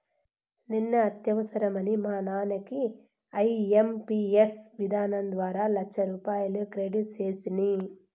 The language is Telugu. నిన్న అత్యవసరమని మా నాన్నకి ఐఎంపియస్ విధానం ద్వారా లచ్చరూపాయలు క్రెడిట్ సేస్తిని